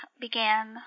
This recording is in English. began